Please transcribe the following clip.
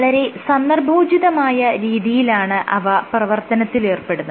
വളരെ സന്ദർഭോചിതമായ രീതിയിലാണ് അവ പ്രവർത്തിലേർപ്പെടുന്നത്